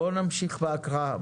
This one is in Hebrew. בואו נמשיך בהקראה.